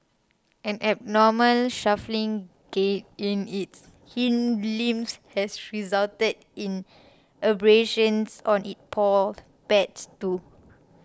an abnormal shuffling gait in its hind limbs has resulted in abrasions on its paw pads too